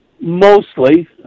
Mostly